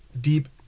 deep